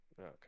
Okay